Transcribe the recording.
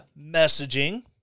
messaging